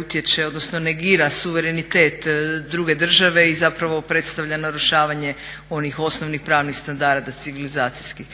utječe odnosno negira suverenitet druge države i zapravo predstavlja narušavanje onih osnovnih pravnih standarda civilizacijskih.